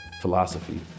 philosophy